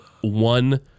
one